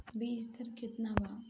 बीज दर केतना वा?